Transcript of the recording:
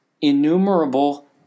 innumerable